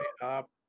up